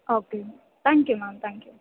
okay thank you ma'am thank you